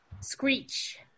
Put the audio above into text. Screech